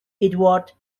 eduard